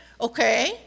Okay